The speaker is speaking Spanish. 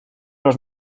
los